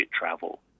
travel